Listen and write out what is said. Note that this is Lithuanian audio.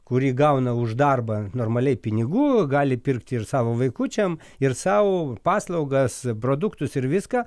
kuri gauna už darbą normaliai pinigų gali pirkti ir savo vaikučiam ir sau paslaugas produktus ir viską